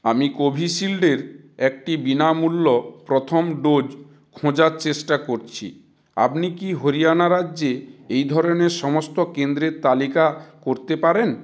আমি কোভিশিল্ডের একটি বিনামূল্য প্রথম ডোজ খোঁজার চেষ্টা করছি আপনি কি হরিয়ানা রাজ্যে এই ধরনের সমস্ত কেন্দ্রের তালিকা করতে পারেন